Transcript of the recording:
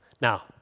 Now